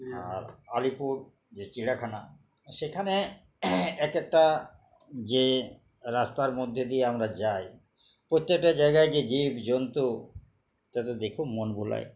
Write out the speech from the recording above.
আর আলিপুর যে চিড়িয়াখানা সেখানে এক একটা যে রাস্তার মধ্যে দিয়ে আমরা যাই প্রত্যেকটা জায়গায় যে জীব জন্তু তাতে দেখে মন ভোলায়